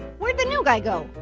where'd the new guy go?